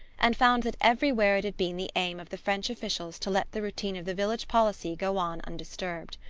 and found that everywhere it had been the aim of the french officials to let the routine of the village policy go on undisturbed.